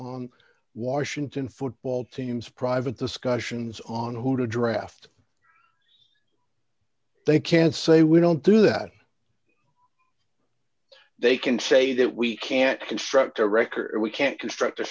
on washington football team's private discussions on who to draft they can say we don't do that they can say that we can't construct a record we can't construct a